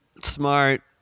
Smart